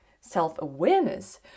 self-awareness